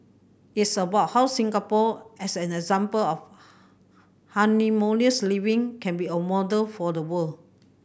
it's about how Singapore as an example of harmonious living can be a model for the world